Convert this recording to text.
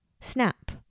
snap